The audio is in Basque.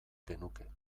genuke